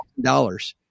dollars